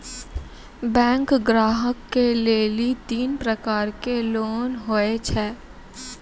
Bank ग्राहक के लेली तीन प्रकर के लोन हुए छै?